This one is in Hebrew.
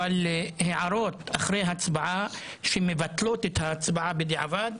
אבל הערות אחרי הצבעה שמבטלות את ההצבעה בדיעבד,